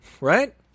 right